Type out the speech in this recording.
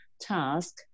task